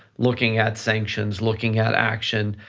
looking at sanctions, looking at action.